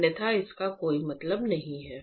अन्यथा इसका कोई मतलब नहीं है